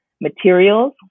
materials